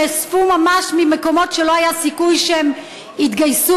נאספו ממש ממקומות שלא היה סיכוי שהם יתגייסו,